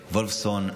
בוולפסון,